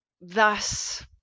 thus